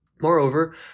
Moreover